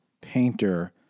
painter